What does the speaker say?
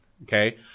Okay